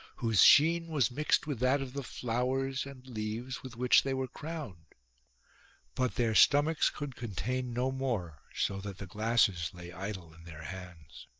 whose sheen was mixed with that of the flowers and leaves with which they were crowned but their stomachs could contain no more so that the glasses lay idle in their hands.